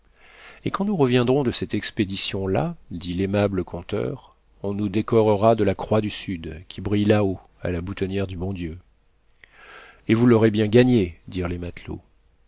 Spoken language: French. et quand nous reviendrons de cette expédition là dit l'aimable conteur on nous décorera de la croix du sud qui brille là-haut à la boutonnière du bon dieu et vous l'aurez bien gagnée dirent les matelots